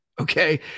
Okay